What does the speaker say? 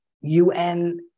UN